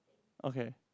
okay